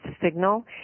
signal